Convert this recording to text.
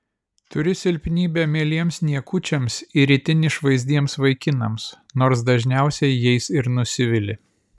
turi silpnybę mieliems niekučiams ir itin išvaizdiems vaikinams nors dažniausiai jais ir nusivili